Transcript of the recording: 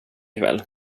kväll